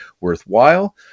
worthwhile